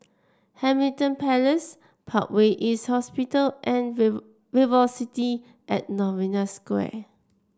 Hamilton Place Parkway East Hospital and Velocity At Novena Square